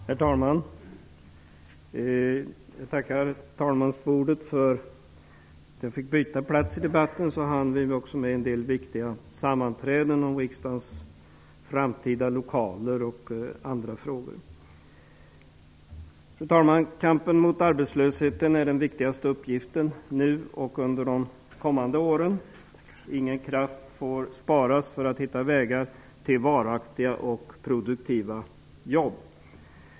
Herr talman! Jag tackar talmannen för att jag fick byta plats i debatten. Därigenom hann jag också delta vid några viktiga sammanträden, bl.a. om riksdagens framtida lokaler. Fru talman! Kampen mot arbetslösheten är den viktigaste uppgiften nu och under de kommande åren. Ingen kraft får sparas när det gäller att hitta vägar till nya varaktiga och produktiva jobb.